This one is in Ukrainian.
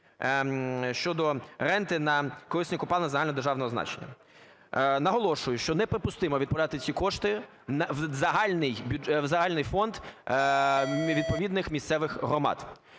щодо ренти на корисні копалини загальнодержавного значення. Наголошую, що неприпустимо відправляти ці кошти в загальний фонд відповідних місцевих громад.